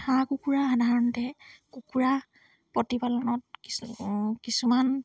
হাঁহ কুকুৰা সাধাৰণতে কুকুৰা প্ৰতিপালনত কিছু কিছুমান